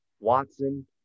Watson